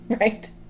right